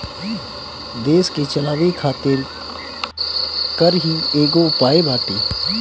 देस के चलावे खातिर कर ही एगो उपाय बाटे